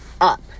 up